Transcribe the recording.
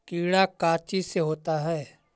कीड़ा का चीज से होता है?